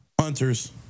Hunters